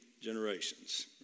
generations